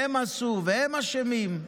והם עשו, והם אשמים,